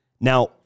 Now